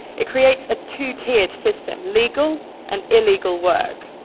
it creates a two-tiered system legal and illegal work.